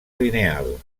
lineal